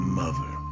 mother